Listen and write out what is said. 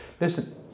Listen